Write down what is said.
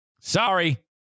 sorry